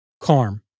Karm